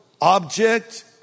object